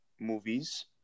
movies